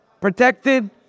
Protected